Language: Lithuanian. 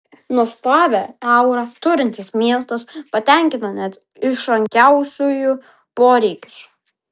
nuostabią aurą turintis miestas patenkina net išrankiausiųjų poreikius